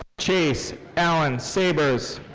chase alan sabers.